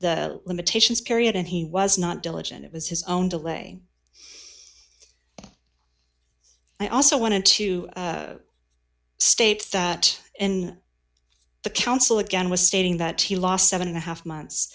the limitations period and he was not diligent it was his own delay i also wanted to states that in the council again was stating that he lost seven and a half months